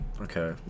Okay